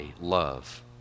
love